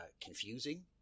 confusing